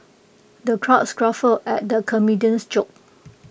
the crowd guffawed at the comedian's jokes